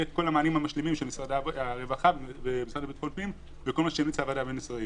אני גם מתייעץ עם לשכת עורכי הדין באופן תדיר ומאוד מעריך את הלשכה.